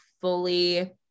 fully